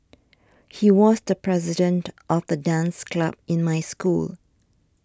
he was the president of the dance club in my school